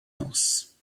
else